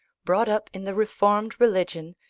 brought up in the reformed religion,